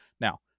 Now